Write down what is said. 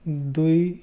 দুই